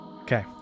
Okay